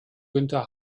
günther